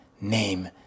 name